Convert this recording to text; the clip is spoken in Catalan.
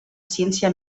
ciència